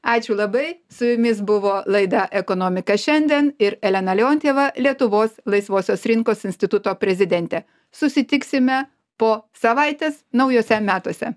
ačiū labai su jumis buvo laida ekonomika šiandien ir elena leontjeva lietuvos laisvosios rinkos instituto prezidentė susitiksime po savaitės naujuose metuose